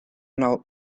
know